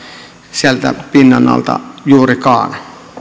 sieltä pinnan alta juurikaan